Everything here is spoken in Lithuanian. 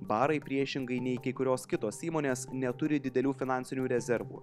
barai priešingai nei kai kurios kitos įmonės neturi didelių finansinių rezervų